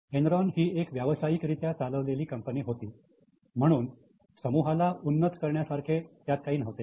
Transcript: Enron ही एक व्यावसायिक रित्या चालवलेली कंपनी होती म्हणून समूहाला उन्नत करण्यासारखे काही नव्हते